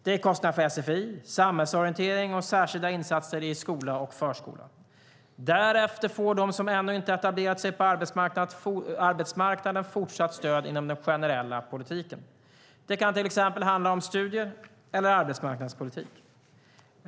Det är kostnader för sfi, samhällsorientering och särskilda insatser i skola och förskola. Därefter får de som ännu inte etablerat sig på arbetsmarknaden fortsatt stöd inom den generella politiken. Det kan till exempel handla om studier eller arbetsmarknadspolitik.